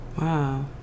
Wow